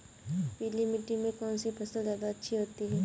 पीली मिट्टी में कौन सी फसल ज्यादा अच्छी होती है?